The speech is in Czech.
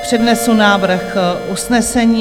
Přednesu návrh usnesení.